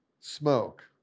smoke